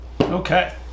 okay